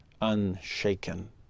unshaken